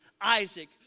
Isaac